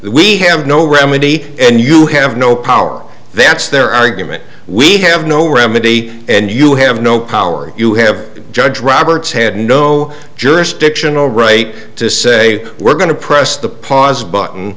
we have no remedy and you have no power that's their argument we have no remedy and you have no collar you have judge roberts had no jurisdiction all right to say we're going to press the pause button